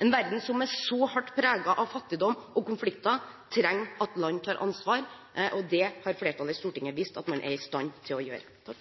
En verden som er så hardt preget av fattigdom og konflikter, trenger at land tar ansvar, og det har flertallet i Stortinget vist at man er i stand til å gjøre.